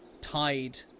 tied